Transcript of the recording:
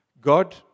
God